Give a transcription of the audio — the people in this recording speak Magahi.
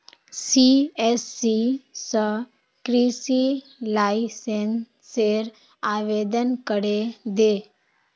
सिएससी स कृषि लाइसेंसेर आवेदन करे दे